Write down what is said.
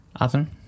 Adam